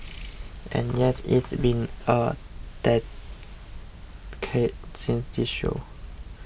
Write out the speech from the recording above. and yes it's been a decade since this show